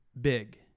Big